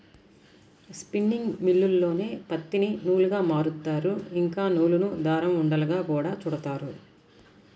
spinning మిల్లుల్లోనే పత్తిని నూలుగా మారుత్తారు, ఇంకా నూలును దారం ఉండలుగా గూడా చుడతారు